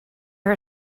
her